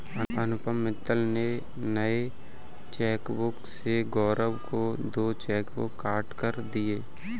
अनुपम मित्तल ने नए चेकबुक से गौरव को दो चेक काटकर दिया